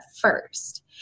first